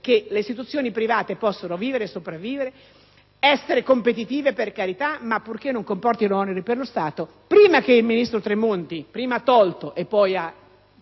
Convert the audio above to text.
che le istituzioni private possono vivere e sopravvivere, essere competitive, purché non comportino oneri per lo Stato. Il ministro Tremonti ha prima tolto e poi ha